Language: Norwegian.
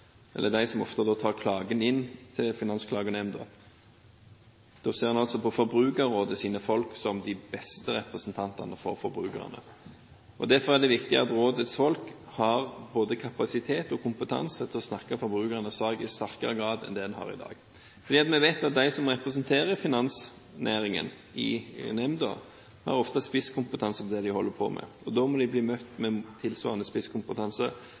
folk som de beste representantene for forbrukerne. Derfor er det viktig at rådets folk har både kapasitet og kompetanse til å snakke forbrukernes sak i sterkere grad enn de har i dag. Vi vet at de som representerer finansnæringen i nemnda, ofte har spisskompetanse om det de holder på med, og da må de bli møtt med tilsvarende spisskompetanse